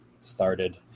started